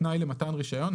כתנאי למתן רישיון,